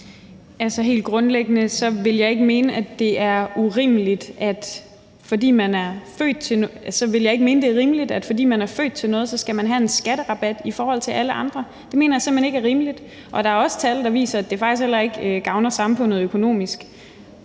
helt grundlæggende vil jeg ikke mene, at det er rimeligt, at fordi man er født til noget, skal man have en skatterabat i forhold til alle andre. Det mener jeg simpelt hen ikke er rimeligt, og der er også tal, der viser, at det faktisk heller ikke gavner samfundet økonomisk.